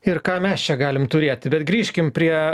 ir ką mes čia galim turėti bet grįžkim prie